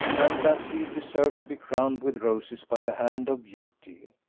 and that he deserved to be crowned with roses by the hand of beauty.